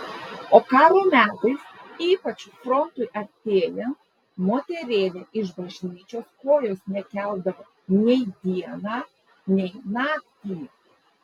o karo metais ypač frontui artėjant moterėlė iš bažnyčios kojos nekeldavo nei dieną nei naktį